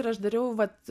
ir aš dariau vat